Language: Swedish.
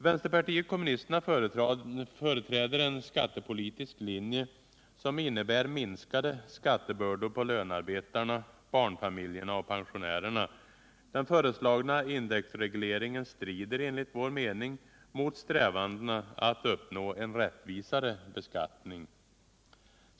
Vänsterpartiet kommunisterna företräder en skattepolitisk linje som innebär minskade skattebördor på lönarbetarna, barnfamiljerna och pensionärerna. Den föreslagna indexregleringen strider enligt vår mening mot strävandena att uppnå en rättvisare beskattning.